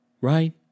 Right